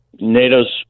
NATO's